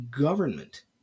government